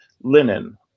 linen